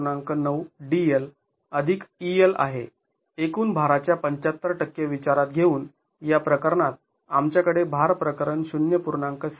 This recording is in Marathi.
९ DL EL आहे एकूण भारा च्या ७५ टक्के विचारात घेऊन या प्रकरणात आमच्याकडे भार प्रकरण ०